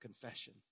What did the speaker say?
confession